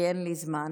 כי אין לי זמן,